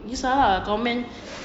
risau lah comment